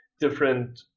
different